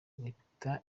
leta